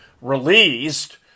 released